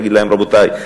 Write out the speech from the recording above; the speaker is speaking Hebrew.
להגיד להם: רבותי,